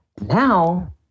Now